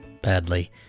badly